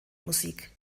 musik